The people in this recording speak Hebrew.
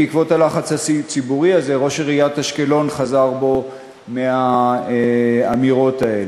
בעקבות הלחץ הציבורי הזה ראש עיריית אשקלון חזר בו מהאמירות האלה.